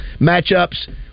matchups